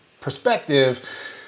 perspective